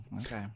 Okay